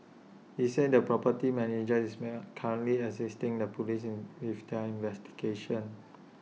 he said the property manager is currently assisting the Police in with their investigations